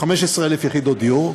15,000 יחידות דיור.